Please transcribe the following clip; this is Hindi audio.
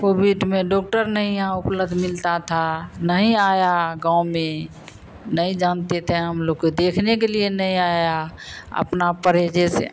कोविड में डॉक्टर नहीं यहाँ उपलब्ध मिलता था नहीं आया गाँव में नहीं जानते थे हम लोग के देखने के लिए नहीं आया अपना परहेज़ से